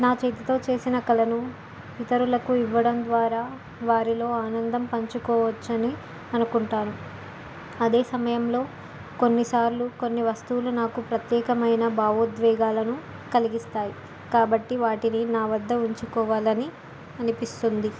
నా చేతితో చేసిన కళలను ఇతరులకు ఇవ్వడం ద్వారా వారిలో ఆనందం పంచుకోవచ్చని అనుకుంటాను అదే సమయంలో కొన్నిసార్లు కొన్ని వస్తువులు నాకు ప్రత్యేకమైన భావోద్వేగాలను కలిగిస్తాయి కాబట్టి వాటిని నా వద్ద ఉంచుకోవాలని అనిపిస్తుంది